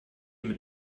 mit